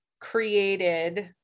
created